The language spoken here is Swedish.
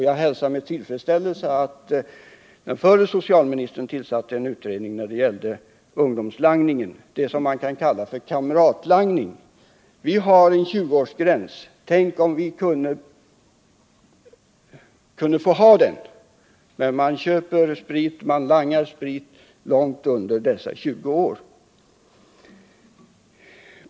Jag hälsar med tillfredsställelse att den förre socialministern tillsatte en utredning om ungdomslangningen — det som vi kan kalla för kamratlangningen. Vi har en 20-årsgräns. Tänk om vi kunde få ha den också i praktiken! Men man köper sprit och langar sprit långt under denna gräns.